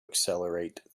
accelerate